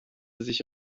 sich